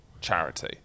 Charity